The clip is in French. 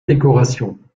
décoration